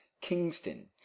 Kingston